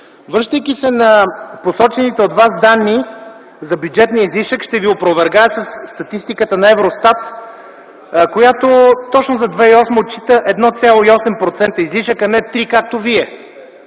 Връщайки се на посочените от Вас данни за бюджетния излишък, ще Ви опровергая със статистиката на Евростат, която точно за 2008 г. отчита 1,8% излишък, а не 3%, както Вие.